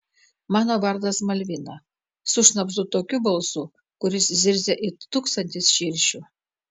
mano vardas malvina sušnabždu tokiu balsu kuris zirzia it tūkstantis širšių